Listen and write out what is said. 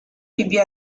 vivió